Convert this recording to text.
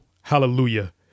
Hallelujah